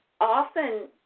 often